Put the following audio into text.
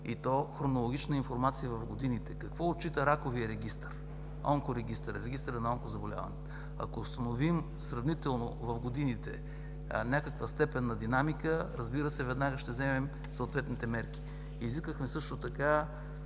и то хронологична информация в годините какво отчита раковият регистър, онкорегистърът, регистърът на онкозаболяванията. Ако установим сравнително в годините някаква степен на динамика, разбира се, веднага ще вземем съответните мерки. Изискахме също така